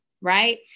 right